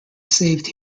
saved